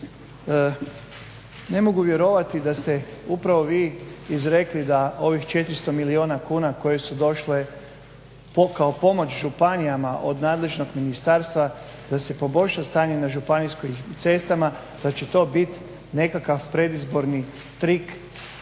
ne mogu vjerovati da ste upravo vi izrekli da ovih 400 milijuna kuna koje su došle kao pomoć županijama od nadležnog ministarstva da se poboljša stanje na županijskim cestama da će to biti nekakav predizborni trik